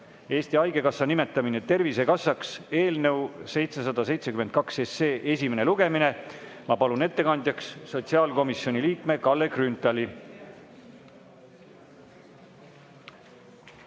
(Eesti Haigekassa nimetamine Tervisekassaks) eelnõu 772 esimene lugemine. Ma palun ettekandjaks sotsiaalkomisjoni liikme Kalle Grünthali.